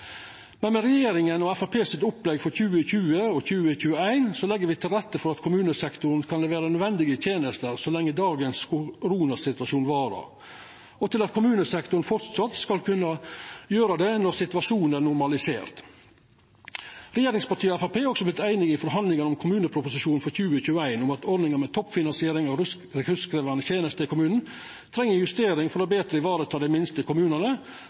rette for at kommunesektoren kan levera nødvendige tenester så lenge dagens koronasituasjon varar, og for at kommunesektoren fortsatt skal kunna gjera det når situasjonen er normalisert. Regjeringspartia og Framstegspartiet har i forhandlingane om kommuneproposisjonen for 2021 også vorte einige om at ordninga med toppfinansiering av ressurskrevjande tenester i kommunen treng ei justering for betre å vareta dei minste kommunane,